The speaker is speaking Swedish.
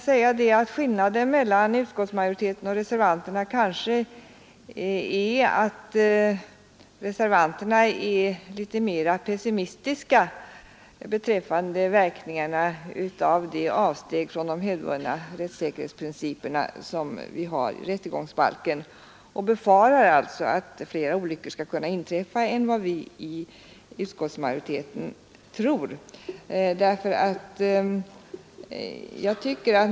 Skillnaden mellan utskottsmajoriteten och reservanterna är kanske att reservanterna är litet mera pessimistiska beträffande verkningarna av avsteg från de hävdvunna rättssäkerhetsprinciperna i rättegångsbalken och alltså befarar att fler olyckor skall inträffa än vad vi i utskottsmajoriteten tror.